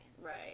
Right